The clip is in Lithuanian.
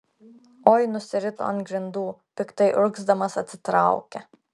oi nusirito ant grindų piktai urgzdamas atsitraukė